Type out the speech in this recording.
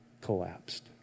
collapsed